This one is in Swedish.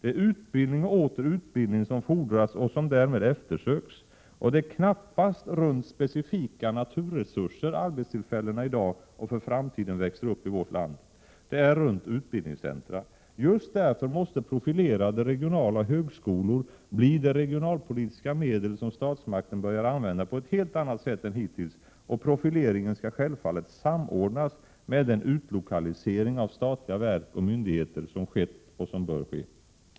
Det är utbildning och åter utbildning som fordras och som därmed eftersöks, och det är knappast runt specifika naturresurser arbetstillfällena i dag och för framtiden växer upp i vårt land. Det är runt utbildningscentra. Just därför måste profilerade regionala högskolor bli det regionalpolitiska medel som statsmakten börjar använda på ett helt annat sätt än hittills, och profileringen skall självfallet samordnas med den utlokalisering av statliga verk och myndigheter som skett och som bör ske.